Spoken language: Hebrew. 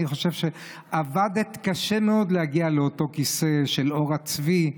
אני חושב שעבדת קשה מאוד להגיע לאותו כיסא מעור הצבי.